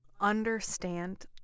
understand